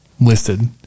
listed